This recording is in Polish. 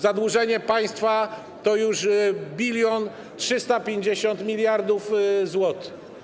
Zadłużenie państwa to już 1350 mld zł.